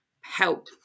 help